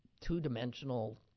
two-dimensional